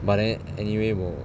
but then anyway 我